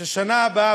שבשנה הבאה,